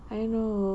I know